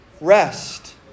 rest